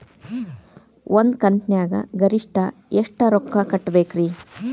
ಒಂದ್ ಕಂತಿನ್ಯಾಗ ಗರಿಷ್ಠ ಎಷ್ಟ ರೊಕ್ಕ ಕಟ್ಟಬೇಕ್ರಿ?